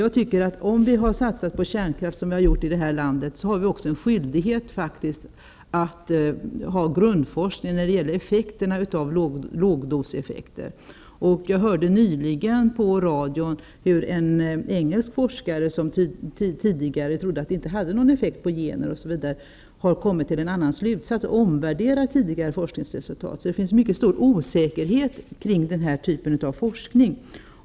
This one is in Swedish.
Om vi, som vi har gjort i det här landet, har satsat på kärnkraft, har vi enligt min uppfattning också en skyldighet att bedriva grundforskning kring lågdoseffekter. Jag hörde nyligen på radion att en engelsk forskare, som tidigare inte trodde att lågdoseffekter påverkade exempelvis gener, nu har kommit till en annan slutsats och omvärderat tidigare forskningsresultat. Det finns alltså en mycket stor osäkerhet kring den här typen av forskning.